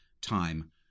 time